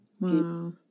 Wow